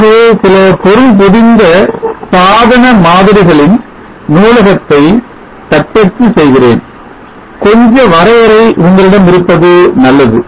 ஆகவே சில பொருள் பொதிந்த சாதன மாதிரிகளின் நூலகத்தை தட்டச்சு செய்கிறேன் கொஞ்ச வரையறை உங்களிடம் இருப்பது நல்லது